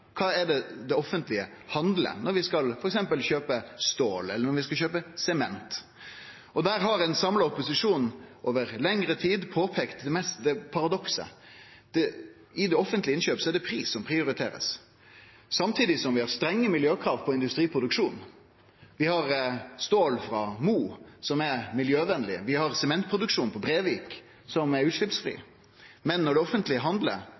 Kva er det det offentlege handlar når vi f.eks. skal kjøpe stål, eller når vi skal kjøpe sement? Ein samla opposisjon har over lengre tid påpeikt paradokset at det i offentlege innkjøp er pris ein prioriterer, samtidig som vi har strenge miljøkrav på industriproduksjon. Vi har stål frå Mo som er miljøvenleg, og vi har sementproduksjon på Brevik som er utsleppsfri, men når det offentlege handlar,